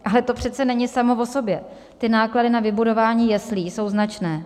Ale to přece není samo o sobě, náklady na vybudování jeslí jsou značné.